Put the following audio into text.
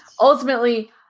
ultimately